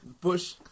Bush